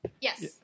Yes